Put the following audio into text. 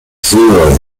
zero